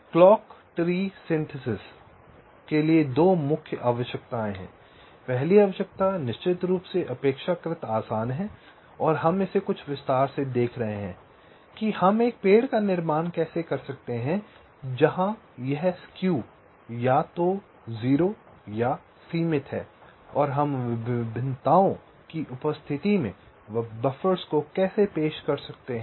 clock tree synthesis के लिए 2 मुख्य आवश्यकताएं हैं पहली आवश्यकता निश्चित रूप से अपेक्षाकृत आसान है और हम इसे कुछ विस्तार से देख रहे हैं कि हम एक पेड़ का निर्माण कैसे कर सकते हैं जहां यह स्क्यू या तो 0 या सीमित है और हम विभिन्नताओं की उपस्थिति में बफ़र्स को कैसे पेश कर सकते हैं